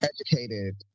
Educated